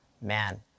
Man